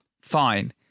Fine